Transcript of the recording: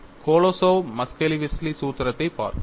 Kolosov Muskhelishvili சூத்திரத்தைப் பார்த்தோம்